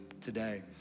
today